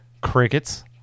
crickets